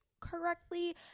correctly